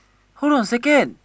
hold on a second